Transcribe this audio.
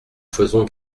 faisons